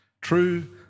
True